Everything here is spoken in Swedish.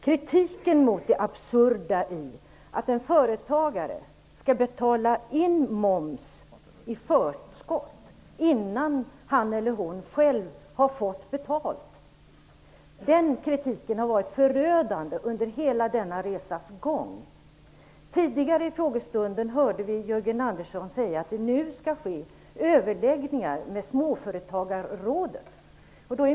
Kritiken mot det absurda i att en företagare skall betala in moms i förskott, innan han eller hon själv har fått betalt, har varit förödande under hela denna resas gång. Tidigare under frågestunden hörde vi Jörgen Andersson säga att det nu skall ske överläggningar med Småföretagarrådet.